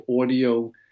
audio